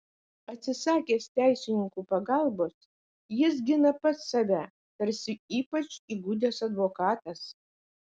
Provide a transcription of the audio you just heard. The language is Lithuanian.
atsisakęs teisininkų pagalbos jis gina pats save tarsi ypač įgudęs advokatas